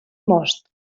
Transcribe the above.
most